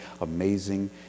amazing